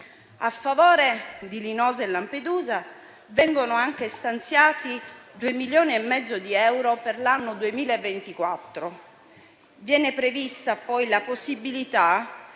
A favore di Linosa e Lampedusa vengono anche stanziati 2,5 milioni di euro per l'anno 2024. Viene prevista poi la possibilità